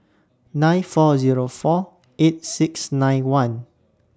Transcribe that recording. nine four Zero four eight six nine one